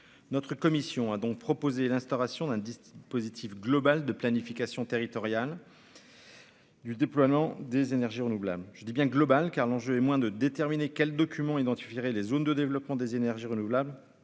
notre commission a donc proposé l'instauration d'un dispositif global de planification territoriale. Du déploiement des énergies renouvelables, je dis bien global, car l'enjeu est moins de déterminer quels documents identifierait les zones de développement des énergies renouvelables